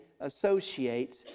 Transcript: associate